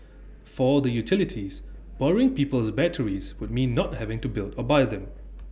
for the utilities borrowing people's batteries would mean not having to build or buy them